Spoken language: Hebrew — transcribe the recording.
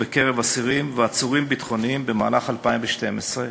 בקרב אסירים ועצורים ביטחוניים במהלך 2012,